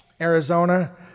Arizona